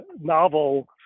novel